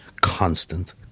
constant